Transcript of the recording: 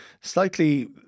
slightly